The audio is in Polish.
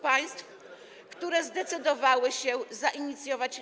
państw, które zdecydowały się zainicjować.